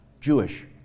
Jewish